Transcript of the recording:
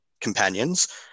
companions